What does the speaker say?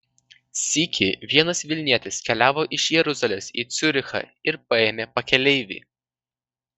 sykį vienas vilnietis keliavo iš jeruzalės į ciurichą ir paėmė pakeleivį